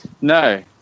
No